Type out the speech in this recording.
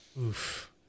Oof